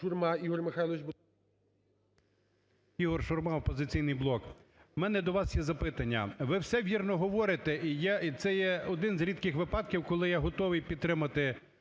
Ігор Шурма "Опозиційний блок". В мене до вас є запитання, ви все вірно говорите і це є один з рідких випадків, коли я готовий підтримати